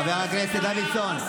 חבר הכנסת סימון דוידסון.